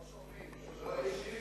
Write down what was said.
לא אישי,